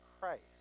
Christ